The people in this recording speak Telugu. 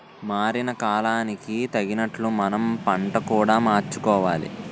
మారిన కాలానికి తగినట్లు మనం పంట కూడా మార్చుకోవాలి